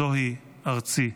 זוהי ארצי".